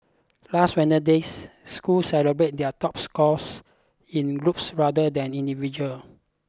last Wednesday's schools celebrated their top scorers in groups rather than individual